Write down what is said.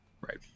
Right